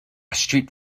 street